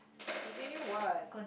continue what